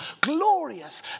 glorious